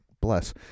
bless –